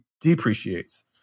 depreciates